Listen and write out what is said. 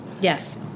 Yes